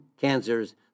cancers